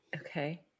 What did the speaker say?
Okay